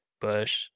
Bush